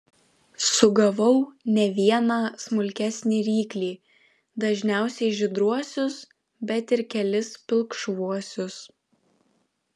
sugavau ne vieną smulkesnį ryklį dažniausiai žydruosius bet ir kelis pilkšvuosius